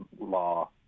law